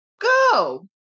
go